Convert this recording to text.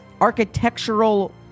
architectural